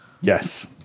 Yes